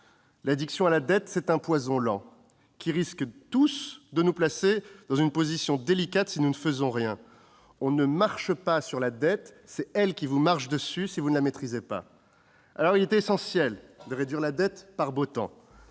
l'addiction à la dette est un poison lent, qui risque de nous placer dans une position délicate si nous ne faisons rien. On ne marche pas sur la dette, c'est elle qui vous marche dessus si elle n'est pas maîtrisée. Il est essentiel de réduire la dette par beau temps